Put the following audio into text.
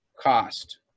cost